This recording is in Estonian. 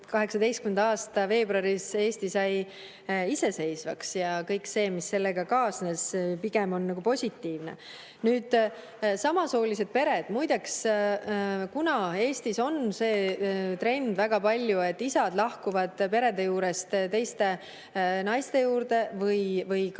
1918. aasta veebruaris Eesti sai iseseisvaks ja kõik see, mis sellega kaasnes, on pigem positiivne. Nüüd, samasoolised pered. Muide, kuna Eestis on väga palju sellist trendi, et isad lahkuvad perede juurest teiste naiste juurde või ka